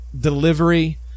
delivery